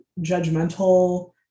judgmental